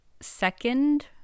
second